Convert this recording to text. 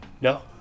no